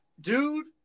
dude